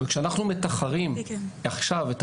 וכשאנחנו מתחרים עכשיו את